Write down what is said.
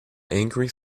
angry